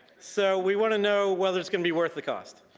so we want to know whether it's gonna be worth the cost.